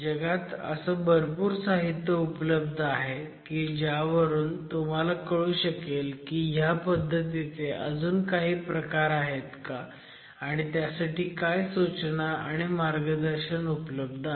जगात असं रोचक साहित्य उपलब्ध आहे की त्यावरून तुम्हाला कळू शकेल की ह्या पद्धतीचे अजून काही प्रकार आहेत का आणि त्यासाठी काय सूचना आणि मार्गदर्शन उपलब्ध आहे